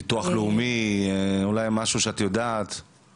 ביטוח לאומי או אולי משהו שאת יודעת עליו.